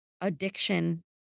Addiction